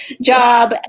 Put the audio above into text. job